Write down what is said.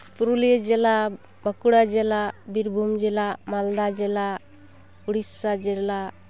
ᱯᱩᱨᱩᱞᱤᱭᱟᱹ ᱡᱮᱞᱟ ᱵᱟᱸᱠᱩᱲᱟ ᱡᱤᱞᱟ ᱵᱤᱨᱵᱷᱩᱢ ᱡᱮᱞᱟ ᱢᱟᱞᱫᱟ ᱡᱮᱞᱟ ᱩᱲᱤᱥᱥᱟ ᱡᱮᱞᱟ